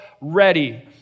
ready